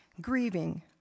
grieving